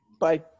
Bye